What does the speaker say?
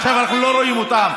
עכשיו אנחנו לא רואים אותם,